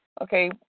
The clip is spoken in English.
Okay